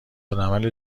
العمل